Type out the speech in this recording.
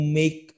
make